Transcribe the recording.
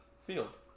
field